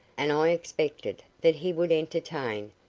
and i expected that he would entertain,